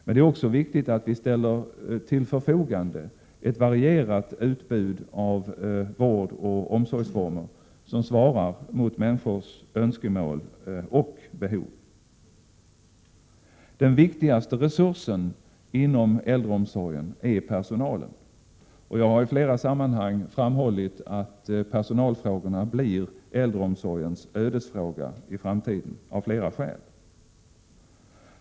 Men det är också viktigt att vi ställer ett varierat utbud av vårdoch omsorgsformer som svarar mot människors önskemål och behov till förfogande. Den viktigaste resursen inom äldreomsorgen är personalen, och jag har i flera sammanhang framhållit att personalfrågan av flera skäl i framtiden blir äldreomsorgens ödesfråga.